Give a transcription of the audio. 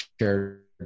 shared